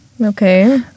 Okay